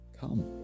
come